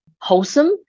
wholesome